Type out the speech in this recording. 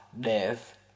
death